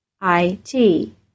I-T